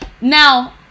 Now